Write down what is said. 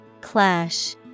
Clash